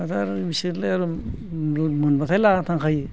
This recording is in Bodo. दाथ' आरो बिसोरलाय मोनबाथाय लाना थांखायो